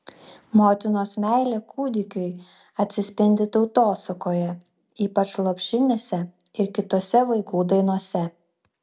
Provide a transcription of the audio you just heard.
motinos meilė kūdikiui atsispindi tautosakoje ypač lopšinėse ir kitose vaikų dainose